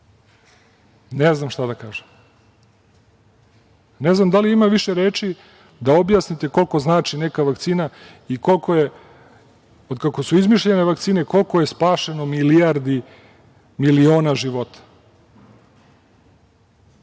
Ne znam šta da kažem. Ne znam da li ima više reči da objasnite koliko znači neka vakcine i koliko je, od kako su izmišljene vakcine, koliko je spašeno milijardi, miliona života,